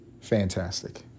fantastic